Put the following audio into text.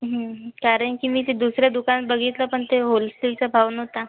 कारण की मी ते दुसरं दुकान बघितलं पण ते होलसेलचा भाव नव्हता